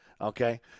okay